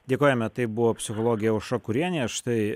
dėkojame tai buvo psichologė aušra kurienė štai